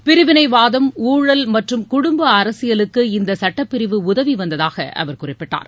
பிரிவினைவாதம் ஊழல் மற்றும் குடும்ப அரசியலுக்கு இந்த சுட்டப்பிரிவு உதவி வந்ததாக அவர் குறிப்பிட்டார்